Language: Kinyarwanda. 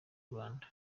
rwanda